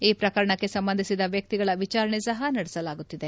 ಈ ಪ್ರಕರಣಕ್ಕೆ ಸಂಬಂಧಿಸಿದ ವ್ಯಕ್ತಿಗಳ ವಿಚಾರಣೆ ಸಹ ನಡೆಸಲಾಗುತ್ತಿದೆ